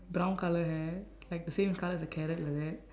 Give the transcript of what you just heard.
brown colour hair like the same colour as the carrot like that